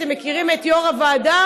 אתם מכירים את יו"ר הוועדה,